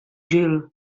gil